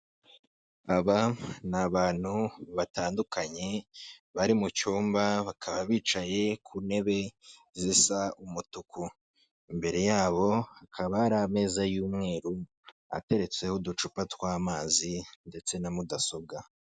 Aba ni abantu batandukanye bari mu cyumba bakaba bicaye ku ntebe zisa umutuku, imbere yabo hakaba hari ameza y'umweru ateretseho uducupa tw'amazi ndetse na mudasobwa.